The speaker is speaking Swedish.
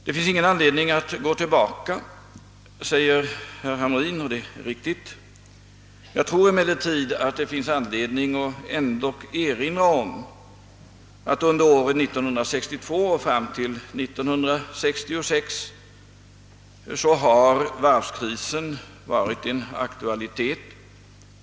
Det finns ingen anledning att gå tillbaka, säger herr Hamrin, och det är riktigt. Jag tror emellertid att det finns anledning att erinra om att under åren 1962—1966 har varvskrisen varit en aktualitet.